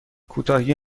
کوتاهی